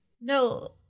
No